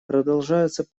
продолжаются